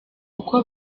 kuko